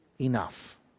enough